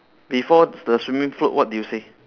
before the swimming float what did you say